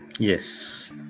yes